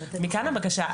מכאן הבקשה.